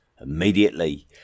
immediately